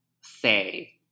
say